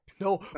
No